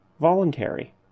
voluntary